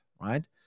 right